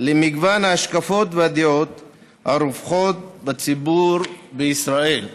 למגוון ההשקפות והדעות הרווחות בציבור בישראל".